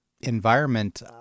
environment